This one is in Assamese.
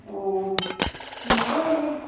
অঁ মইও সেই